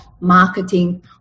marketing